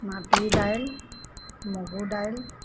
মাটি দাইল মগু দাইল